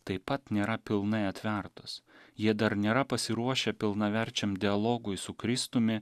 taip pat nėra pilnai atvertos jie dar nėra pasiruošę pilnaverčiam dialogui su kristumi